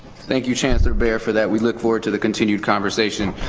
thank you, chancellor behr, for that. we look forward to the continued conversation.